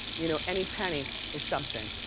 you know. any penny is something,